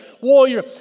warrior